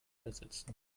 ersetzen